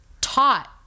taught